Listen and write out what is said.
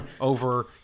over